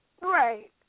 Right